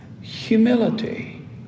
humility